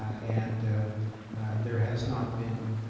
and there has not been